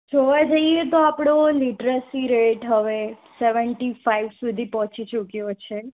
જોવા જઇએ તો આપણો લીટરસી રેટ હવે સેવન્ટી ફાઈવ સુધી પહોંચી ચૂક્યો છે